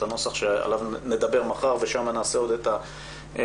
הנוסח שעליו נדבר מחר ושם נעשה עוד את הפיין-טיונינג.